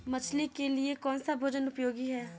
मछली के लिए कौन सा भोजन उपयोगी है?